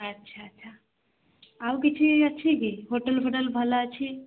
ଆଛା ଆଛା ଆଉ କିଛି ଅଛି କି ହୋଟେଲ୍ ଫୋଟେଲ ଭଲ ଅଛି